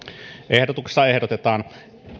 ehdotuksessa ehdotetaan